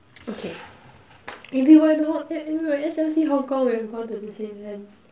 okay maybe why don't S_L_C Hong Kong we would have gone to Disneyland